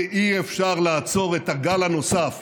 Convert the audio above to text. כי אי-אפשר לעצור את הגל הנוסף.